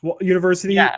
University